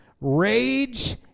rage